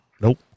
Nope